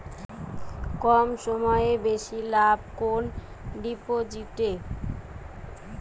কম সময়ে বেশি লাভ কোন ডিপোজিটে?